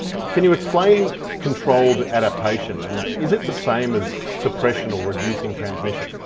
can you explain controlled adaptation and is it the same as suppression or reducing transmission?